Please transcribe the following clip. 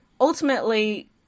ultimately